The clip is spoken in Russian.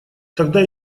тогда